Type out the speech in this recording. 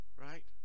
Right